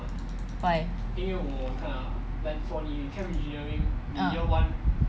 why uh